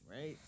right